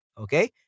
Okay